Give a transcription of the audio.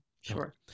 sure